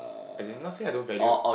as in not say I don't value